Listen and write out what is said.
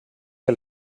que